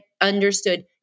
understood